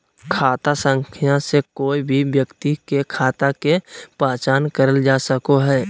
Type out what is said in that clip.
खाता संख्या से कोय भी व्यक्ति के खाता के पहचान करल जा सको हय